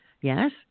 Yes